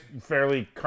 fairly